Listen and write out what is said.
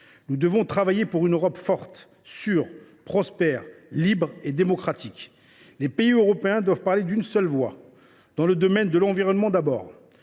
Nous devons travailler pour une Europe forte, sûre, prospère, libre et démocratique. Les pays européens doivent parler d’une seule voix, d’abord dans le domaine de l’environnement. Alors